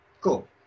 Cool